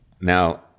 Now